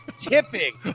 Tipping